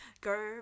go